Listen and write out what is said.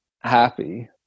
happy